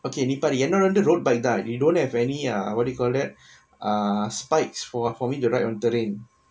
okay நீ பாரு என்னோட வந்து:nee paaru ennoda vanthu road bike தா:thaa you don't have any ah what do you call that err spikes for for me to ride on terrain